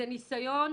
זה ניסיון